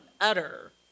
utter